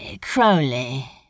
Crowley